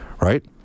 Right